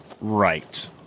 Right